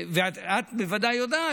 ואת בוודאי יודעת,